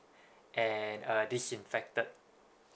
and uh disinfected